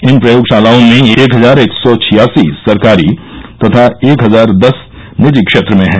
इन प्रयोगशालाओं में एक हजार एक सौ छियासी सरकारी तथा एक हजार दस निजी क्षेत्र में हैं